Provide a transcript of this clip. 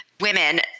women